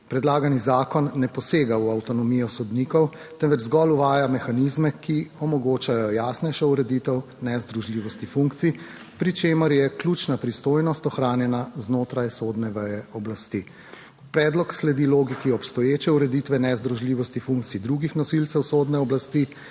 Predlagani zakon ne posega v avtonomijo sodnikov, temveč zgolj uvaja mehanizme, ki omogočajo jasnejšo ureditev nezdružljivosti funkcij. Pri čemer je ključna pristojnost ohranjena znotraj sodne veje oblasti. Predlog sledi logiki obstoječe ureditve nezdružljivosti funkcij drugih nosilcev sodne oblasti,